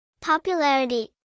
Popularity